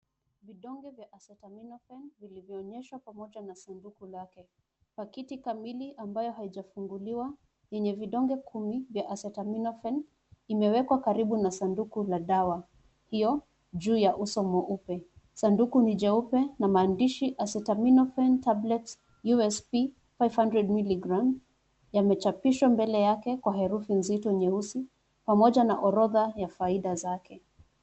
Vidonge vya Acetaminophen vilivyoonyeshwa pamoja na sanduku lake. Pakiti kamili ambayo haijafunguliwa enye vidonge kumi ya Acetaminophen imewekwa karibu na sanduku la dawa hio juu ya uso mweupe. Sanduku ni jeupe na maandishi Acetaminophen Tablets USP 500mg yamechapishwa mbele yake kwa herufi nzito nyeusi, pamoja na ghorofa ya faida zake.